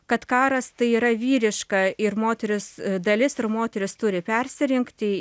kad karas tai yra vyriška ir moteris dalis ir moteris turi persirengti